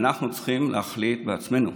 אנחנו צריכים להחליט בעצמנו.